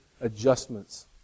adjustments